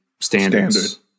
standards